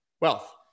wealth